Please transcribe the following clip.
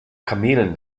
kamelen